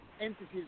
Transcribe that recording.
entities